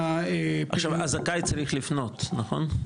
עכשיו, הזכאי צריך לפנות, נכון?